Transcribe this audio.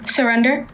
Surrender